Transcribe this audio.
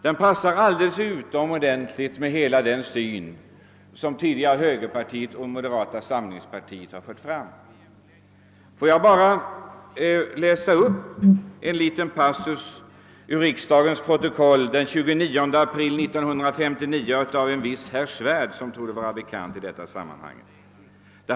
Den passar alldeles utomordentligt till den syn som tidigare högerpartiet och nu moderata samlingspartiet gjort sig till tolk för. Får jag bara läsa upp en liten passus om Norrbottens järnverk ur riksdagens protokoll den 29 april 1959 av en viss herr Svärd, som torde vara bekant i detta sammanhang.